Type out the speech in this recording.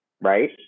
Right